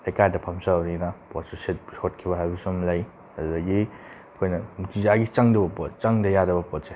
ꯂꯩꯀꯥꯏꯗ ꯐꯝꯖꯕꯅꯤꯅ ꯄꯣꯠꯁꯨ ꯁꯣꯠꯈꯤꯕ ꯍꯥꯏꯕꯁꯨ ꯑꯃ ꯂꯩ ꯑꯗꯨꯗꯒꯤ ꯑꯩꯈꯣꯏꯅ ꯅꯨꯡꯇꯤꯖꯥꯒꯤ ꯆꯪꯗꯕ ꯄꯣꯠ ꯆꯪꯗꯕ ꯌꯥꯗꯕ ꯄꯣꯠꯁꯦ